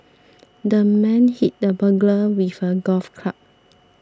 the man hit the burglar with a golf club